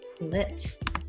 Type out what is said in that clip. lit